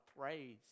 praise